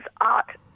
art